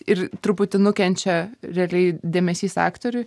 ir truputį nukenčia realiai dėmesys aktoriui